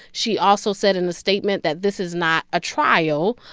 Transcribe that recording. she also said in the statement that this is not a trial,